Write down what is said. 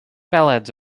ballads